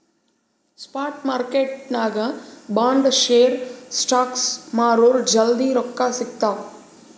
spot ಮಾರ್ಕೆಟ್ನಾಗ್ bond, share, stocks ಮಾರುರ್ ಜಲ್ದಿ ರೊಕ್ಕಾ ಸಿಗ್ತಾವ್